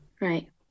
Right